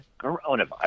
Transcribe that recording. coronavirus